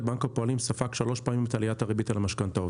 בנק הפועלים ספג שלוש פעמים את עליית הריבית על המשכנתאות.